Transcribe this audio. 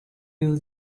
you